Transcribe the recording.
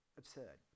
absurd